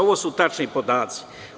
Ovu su tačni podaci.